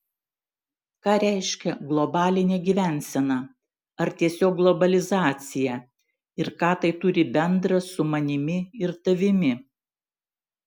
ką reiškia globalinė gyvensena ar tiesiog globalizacija ir ką tai turi bendra su manimi ir tavimi